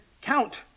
count